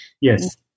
Yes